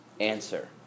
answer